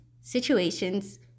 situations